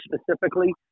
specifically